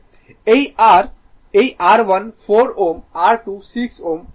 এই r এই R1 4 Ω R2 6 Ω R3 2 Ω